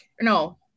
no